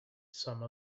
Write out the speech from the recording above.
some